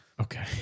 Okay